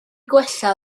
gwella